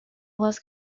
was